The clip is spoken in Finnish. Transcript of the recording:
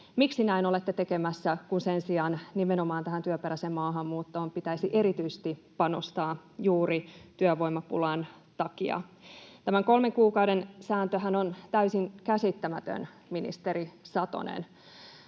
Miksi näin olette tekemässä, kun sen sijaan nimenomaan tähän työperäiseen maahanmuuttoon pitäisi erityisesti panostaa juuri työvoimapulan takia? Tämä kolmen kuukauden sääntöhän on täysin käsittämätön, ministeri Satonen.